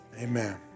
amen